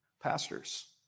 Pastors